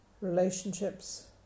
relationships